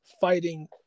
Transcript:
fighting